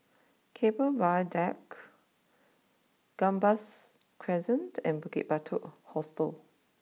Keppel Viaduct Gambas Crescent and Bukit Batok Hostel